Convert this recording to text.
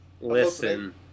Listen